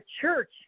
church